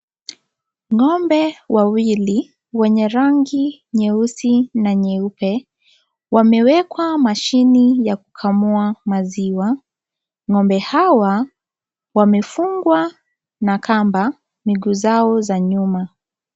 Ng'ombe wawili wenye rangi nyeupe na nyeusi wamewekwa mashini ya kukamua maziwa. Ng'ombe hawa wamefungwa na kamba miguu zai za nyuma.